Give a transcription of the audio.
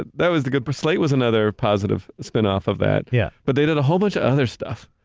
that that was the good, slate was another positive spin-off of that, yeah but they did a whole bunch of other stuff,